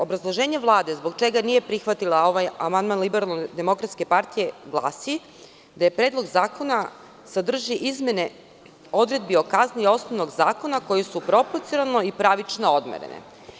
Obrazloženje Vlade zbog čega nije prihvatila ovaj amandman LDP glasi – da Predlog zakona sadrži izmene odredbi o kazni osnovnog zakona koji su proporcionalno i pravično odmerene.